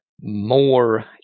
more